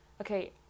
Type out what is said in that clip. okay